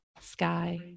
sky